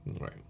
right